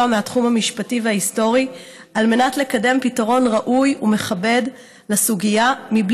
מתחום המשפט וההיסטוריה על מנת לקדם פתרון ראוי ומכבד לסוגיה בלי